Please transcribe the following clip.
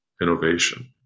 innovation